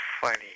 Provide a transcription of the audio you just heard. funny